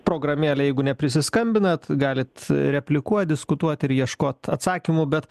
programėlę jeigu neprisiskambinat galit e replikuot diskutuot ir ieškot atsakymų bet